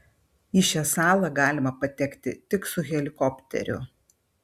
į šią salą galima patekti tik su helikopteriu